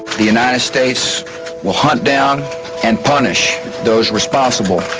the united states will hunt down and punish those responsible.